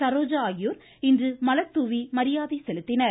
சரோஜா ஆகியோர் இன்று மலர்தாவி மரியாதை செலுத்தினர்